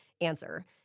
answer